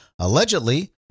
Allegedly